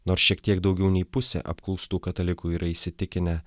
nors šiek tiek daugiau nei pusė apklaustų katalikų yra įsitikinę